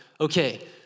Okay